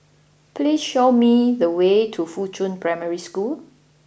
please show me the way to Fuchun Primary School